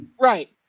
Right